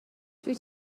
dwyt